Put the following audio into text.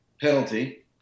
penalty